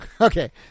Okay